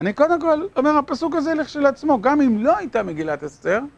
אני קודם כל אומר, הפסוק הזה לכשלעצמו, גם אם לא הייתה מגילת אסתר.